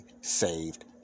saved